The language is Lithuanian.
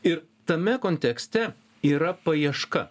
ir tame kontekste yra paieška